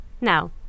Now